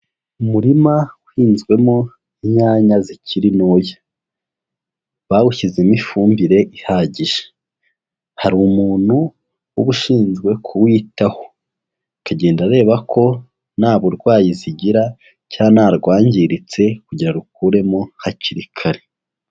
Umurima uhinzwemo inyanya zikiri ntoya, bawushyizemo ifumbire ihagije. Hari umuntu uba ushinzwe kuwitaho, akagenda areba ko nta burwayi zigira cyangwa nta rwangiritse kugira arukuremo hakiri kare.